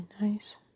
nice